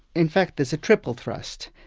in fact there's a triple thrust.